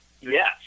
Yes